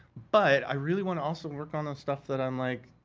but, i really wanna also work on the stuff that i'm like,